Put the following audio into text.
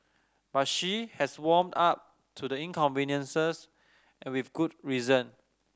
but she has warmed up to the inconveniences and with good reason